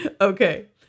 Okay